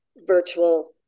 virtual